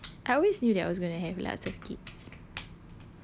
really I always knew that I was gonna happen lots of kids